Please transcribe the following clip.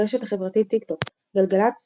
ברשת החברתית טיקטוק גלגלצ,